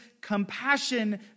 compassion